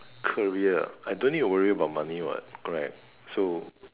career I don't need a worry about money correct so